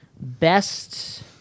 best